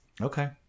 Okay